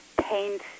paint